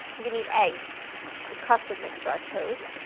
you need eggs the custard mixture i suppose,